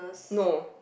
no